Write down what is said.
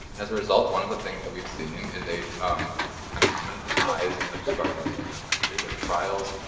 as a result, one of the things that we've seen is a um concomitant rise in the plea bargaining rate in our country, where trials